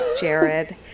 Jared